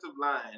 line